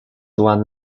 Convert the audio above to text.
one